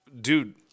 dude